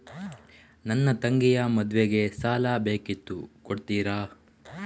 ನನ್ನ ತಂಗಿಯ ಮದ್ವೆಗೆ ಸಾಲ ಬೇಕಿತ್ತು ಕೊಡ್ತೀರಾ?